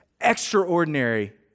extraordinary